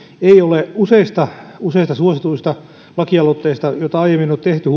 ei ole edennyt täällä eduskunnassa huolimatta useista useista suosituista lakialoitteista joita aiemmin on tehty